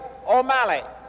O'Malley